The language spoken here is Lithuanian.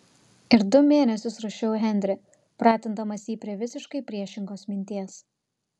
ir du mėnesius ruošiau henrį pratindamas jį prie visiškai priešingos minties